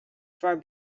far